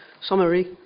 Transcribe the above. summary